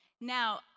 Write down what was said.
Now